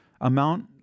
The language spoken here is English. amount